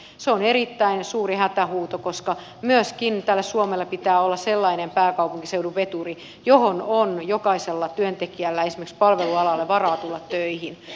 se on erittäin suuri hätähuuto koska myöskin tällä suomella pitää olla sellainen pääkaupunkiseudun veturi johon on jokaisella työntekijällä esimerkiksi palvelualalle varaa tulla töihin